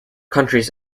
countries